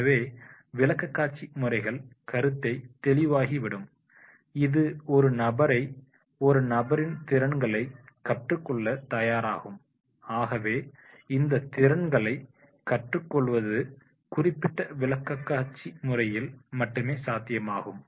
எனவே விளக்கக்காட்சி முறைகள் கருத்தை தெளிவாகிவிடும் இது ஒரு நபரை ஒரு நபரில் திறன்களை கற்றுக்கொள்ள தயாராகும் ஆகவே இந்தத் திறன்களை கற்றுக்கொள்வது குறிப்பிட்ட விளக்கக்காட்சி முறையில் மட்டுமே சாத்தியமாகும்